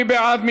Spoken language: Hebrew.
מי בעד?